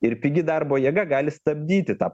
ir pigi darbo jėga gali stabdyti tą